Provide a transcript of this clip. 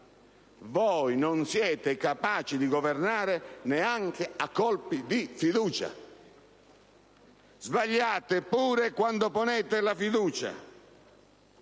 Voi non siete capaci di governare neanche a colpi di fiducia: sbagliate pure quando ponete la fiducia!